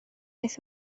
aeth